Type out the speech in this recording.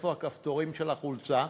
איפה הכפתורים של החולצה,